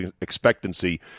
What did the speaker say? expectancy